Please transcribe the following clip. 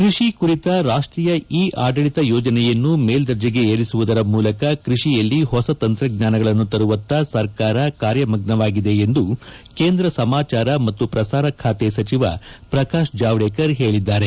ಕ್ಬಡಿ ಕುರಿತ ರಾಷ್ಟೀಯ ಇ ಆಡಳಿತ ಯೋಜನೆಯನ್ನು ಮೇಲ್ದರ್ಜೆಗೆ ಏರಿಸುವುದರ ಮೂಲಕ ಕೃಷಿಯಲ್ಲಿ ಹೊಸ ತಂತ್ರಜ್ಞಾನಗಳನ್ನು ತರುವತ್ತ ಸರ್ಕಾರ ಕಾರ್ಯಮಗ್ವವಾಗಿದೆ ಎಂದು ಕೇಂದ್ರ ಸಮಾಚಾರ ಮತ್ತು ಪ್ರಸಾರ ಖಾತೆ ಸಚಿವ ಪ್ರಕಾಶ್ ಜಾವಡೇಕರ್ ಹೇಳಿದ್ದಾರೆ